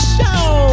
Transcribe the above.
Show